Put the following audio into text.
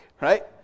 Right